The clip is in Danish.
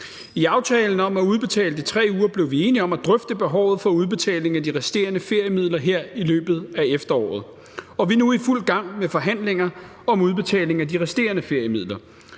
I aftalen om at udbetale de 3 uger blev vi enige om at drøfte behovet for udbetaling af de resterende feriemidler her i løbet af efteråret, og vi er nu i fuld gang med forhandlinger om udbetaling af de resterende feriemidler.